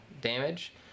damage